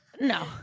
No